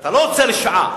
אתה לא עוצר לשעה,